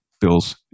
bills